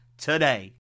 today